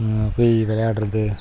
போய் விளையாடுறது